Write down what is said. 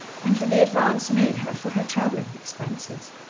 and for the advance made her for her travelling expenses.